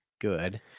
good